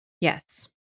Yes